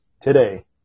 today